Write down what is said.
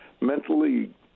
mentally